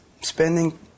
Spending